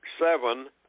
seven